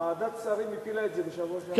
ועדת השרים הפילה את זה בשבוע שעבר.